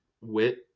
wit